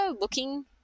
looking